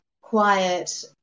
quiet